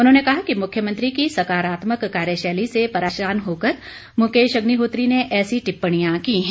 उन्होंने कहा कि मुख्यमंत्री की सकारात्मक कार्यशैली से परेशान होकर मुकेश अग्निहोत्री ने ऐसी टिप्पणियां की हैं